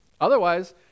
Otherwise